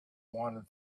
wanted